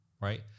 right